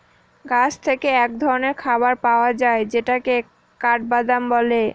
গাছ থেকে এক ধরনের খাবার পাওয়া যায় যেটাকে কাঠবাদাম বলে